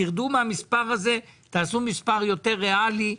תרדו מהמספר הזה ותקבעו מספר יותר ריאלי.